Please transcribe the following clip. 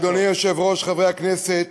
אדוני היושב-ראש, חברי הכנסת,